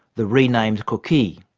the renamed coquille.